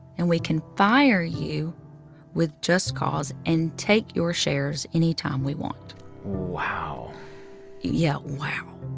and we can fire you with just cause and take your shares anytime we want wow yeah. wow.